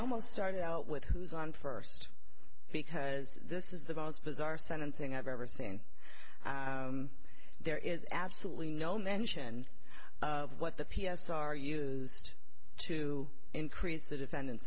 almost started out with who's on first because this is the most bizarre sentencing i've ever seen there is absolutely no mention of what the p s r used to increase the defendant